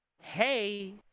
hey